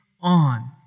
on